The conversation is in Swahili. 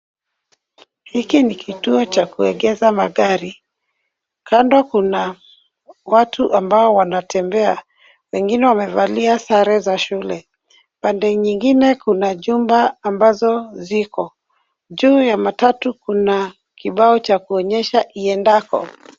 Hiki ni kituo cha kuegeza magari. Kando kuna watu ambao wanatembea. Wengine wamevalia sare za shule. Pande nyingine kuna jumba ambazo ziko. Juu ya matatu kuna kibao cha kuonyesha iendako.